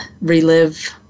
relive